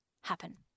happen